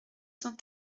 cent